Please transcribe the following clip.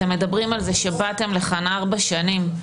אתם מדברים על זה שבאתם לכאן לארבע שנים.